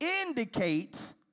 indicates